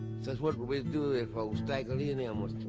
says, what will we do if stagger lee and them was